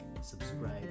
subscribe